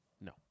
No